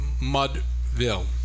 Mudville